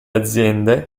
aziende